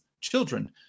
children